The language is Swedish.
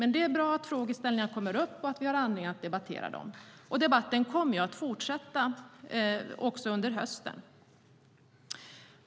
Det är dock bra att frågorna kommer upp och att vi får anledning att debattera dem, och debatten kommer att fortsätta också under hösten.